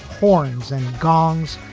horns and gongs,